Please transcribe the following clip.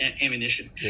ammunition